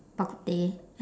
bak kut teh